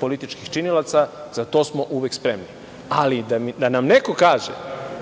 političkih činilaca. Za to smo uvek spremni. Ali, da nam neko kaže